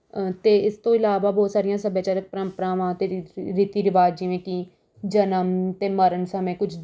ਅਤੇ ਇਸ ਤੋਂ ਇਲਾਵਾ ਬਹੁਤ ਸਾਰੀਆਂ ਸੱਭਿਆਚਾਰਕ ਪਰੰਪਰਾਵਾਂ ਅਤੇ ਰੀਤ ਰੀਤੀ ਰਿਵਾਜ਼ ਜਿਵੇਂ ਕਿ ਜਨਮ ਅਤੇ ਮਰਨ ਸਮੇਂ ਕੁਝ